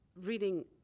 reading